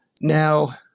Now